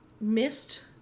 missed